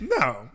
No